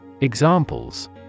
Examples